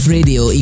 Radio